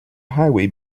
highway